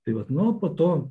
tai vat nu po to